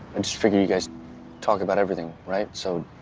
and just figured you guys talk about everything, right? so.